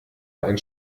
ein